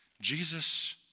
Jesus